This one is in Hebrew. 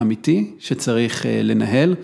‫אמיתי שצריך לנהל.